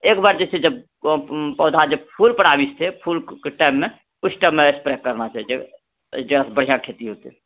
एकबार जब पौधा फूल पर आबै छै फूलके टाइममे उस टाइममे स्प्रे करना छै जेकरासँ बढ़िआँ खेती होतै